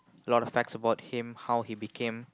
lots of facts about him how he became